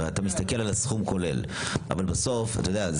הרי אתה מסתכל על הסכום הכולל אבל בסוף אתה יודע,